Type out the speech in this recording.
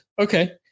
Okay